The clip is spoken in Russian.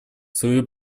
свою